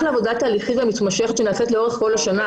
לעבודת התהליכים המתמשכת שנעשית לאורך כל השנה,